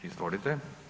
Izvolite.